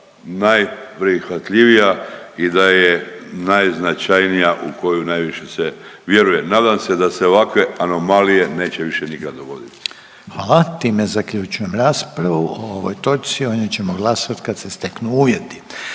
najprihvatljivija i da je najznačajnija u koju najviše se vjeruje. Nadam se da se ovakve anomalije neće više nikad dogoditi. **Reiner, Željko (HDZ)** Hvala. Time zaključujem raspravu o ovoj točci. O njoj ćemo glasovati kad se steknu uvjeti.